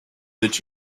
that